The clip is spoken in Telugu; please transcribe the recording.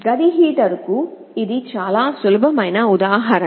గది హీటర్కు ఇది చాలా సులభమైన ఉదాహరణ